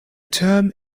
term